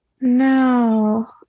No